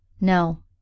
no